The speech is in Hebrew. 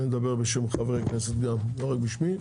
אני מדבר גם בשם חברי הכנסת, לא רק בשמי,